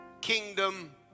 kingdom